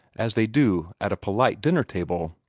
as they do at a polite dinner-table.